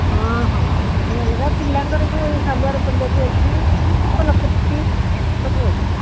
ହଁ ହଁ ତାଙ୍କ ପାଇଁ ଅଲଗା ପିଲାଙ୍କର ବି ସାଲୱାର୍ ପଞ୍ଜାବୀ ଅଛି ଭଲ କୁର୍ତ୍ତୀ ସବୁ ଅଛି